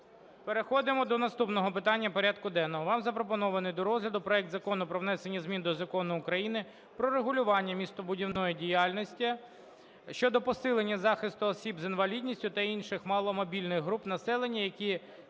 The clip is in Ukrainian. Переходимо до наступного питання порядку денного. Вам запропонований до розгляду проект Закону про внесення змін до Закону України "Про регулювання містобудівної діяльності" (щодо посилення захисту осіб з інвалідністю та інших маломобільних груп населення при